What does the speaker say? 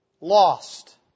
lost